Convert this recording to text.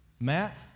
Matt